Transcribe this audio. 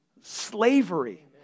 slavery